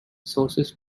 sources